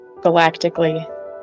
galactically